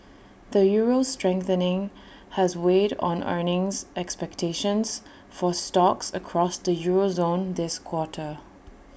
the euro's strengthening has weighed on earnings expectations for stocks across the euro zone this quarter